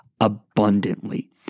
abundantly